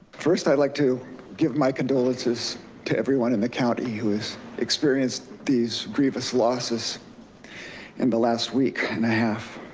first i'd like to give my condolences to everyone in the county who has experienced these grievous losses in the last week and a half.